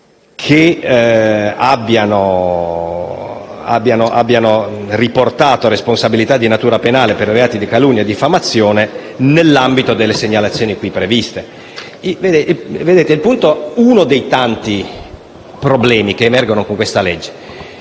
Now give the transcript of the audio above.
che abbiano riportato responsabilità di natura penale per i reati di calunnia o diffamazione nell'ambito delle segnalazioni qui previste. Colleghi, questo è uno dei tanti problemi che emergono con questo disegno